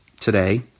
today